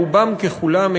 רובם ככולם,